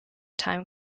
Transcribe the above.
time